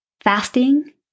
Fasting